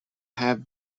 have